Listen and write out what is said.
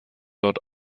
dort